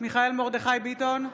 מיכאל מרדכי ביטון,